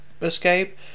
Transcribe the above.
escape